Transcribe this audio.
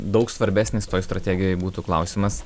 daug svarbesnis toj strategijoj būtų klausimas